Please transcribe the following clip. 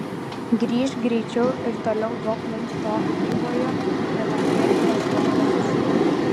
grįžk greičiau ir toliau duok mums to gyvojo evangelijos vandens